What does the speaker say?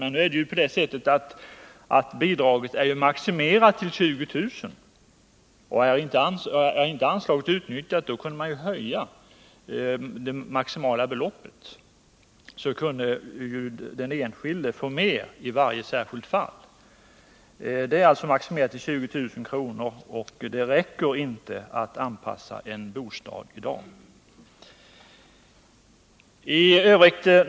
Men nu är det ju på det sättet att bidraget är maximerat till 20 000 kr., och är anslaget inte utnyttjat kunde man ju höja det maximala beloppet, så att den enskilde fick mer i varje särskilt fall. Beloppet är alltså maximerat till 20 000 kr., och det räcker inte för att anpassa en bostad i dag.